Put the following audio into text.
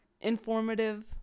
informative